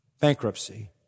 bankruptcy